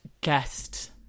guest